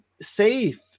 safe